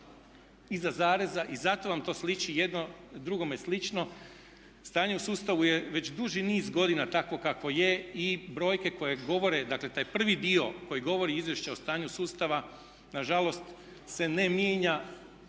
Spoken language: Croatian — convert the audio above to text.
iza zareza i zato vam to sliči jedno drugome slično. Stanje u sustavu je već duži niz godina takvo kakvo je i brojke koje govore dakle taj prvi dio koji govori izvješće o stanju sustava nažalost se ne mijenja,